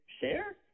share